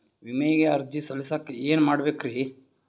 ವಿಮೆಗೆ ಅರ್ಜಿ ಸಲ್ಲಿಸಕ ಏನೇನ್ ಮಾಡ್ಬೇಕ್ರಿ?